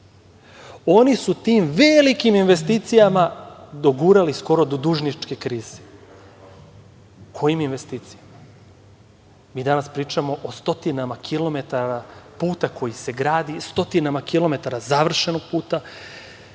Oni su tim velikim investicijama dogurali skoro do dužničke krize. Kojim investicijama? Danas pričamo o stotinama kilometara puta koji se gradi, stotinama kilometara završenog puta,